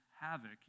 havoc